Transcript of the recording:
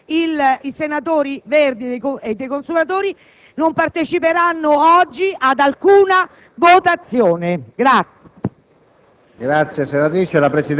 la correzione, oppure i senatori Verdi e della Lista consumatori non parteciperanno oggi ad alcuna votazione.